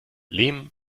lehm